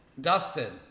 Dustin